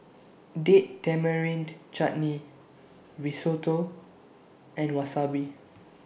Date Tamarind Chutney Risotto and Wasabi